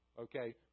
Okay